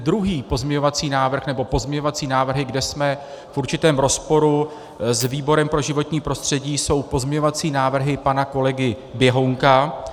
Druhý pozměňovací návrh, nebo pozměňovací návrhy, kde jsme v určitém rozporu s výborem pro životní prostředí, jsou pozměňovací návrhy pana kolegy Běhounka.